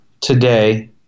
today